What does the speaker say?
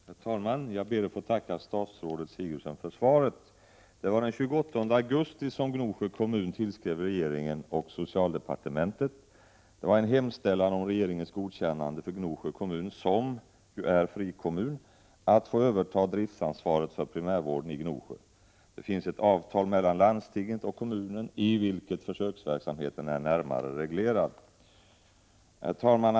Herr talman! Jag ber att få tacka statsrådet Sigurdsen för svaret på min fråga. Den 28 augusti tillställde Gnosjö kommun regeringen och socialdepartementet en hemställan om regeringens godkännande för Gnosjö kommun, som är frikommun, att få överta driftsansvaret för primärvården i Gnosjö. Det finns ett avtal mellan landstinget och kommunen i vilket försöksverksamheten är närmare reglerad. Herr talman!